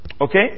Okay